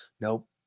Nope